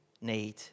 need